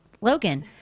Logan